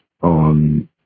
on